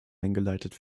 eingeleitet